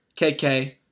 KK